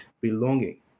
belonging